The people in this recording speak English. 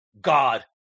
God